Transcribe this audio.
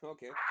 Okay